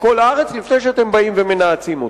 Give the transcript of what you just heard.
בכל הארץ לפני שאתם באים ומנאצים אותה.